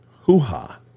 hoo-ha